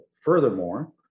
Furthermore